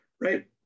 right